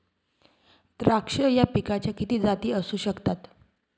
द्राक्ष या पिकाच्या किती जाती असू शकतात?